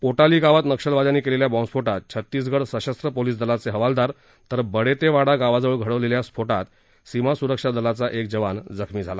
पोटाली गावात नक्षलवाद्यांनी केलेल्या बॉम्बस्फोटात छत्तीसगड सशस्त्र पोलीस दलाचे हवालदार तर बडेतेवाडा गावाजवळ घडवलेल्या भूसुरंग स्फोटात सीमा सुरक्षा दलाचा एक जवान जखमी झाला